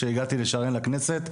שהגעתי לשרן לכנסת,